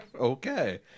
Okay